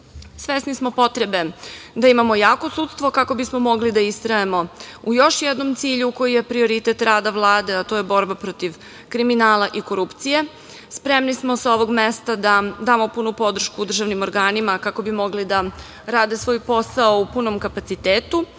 mestu. Svesni smo potrebe da imamo jako sudstvo kako bismo mogli da istrajemo u još jednom cilju koji je prioritet rada Vlade, a to je borba protiv kriminala i korupcije. Spremni smo sa ovog mesta da damo punu podršku državnim organima kako bi mogli da rade svoj posao u punom kapacitetu.